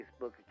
Facebook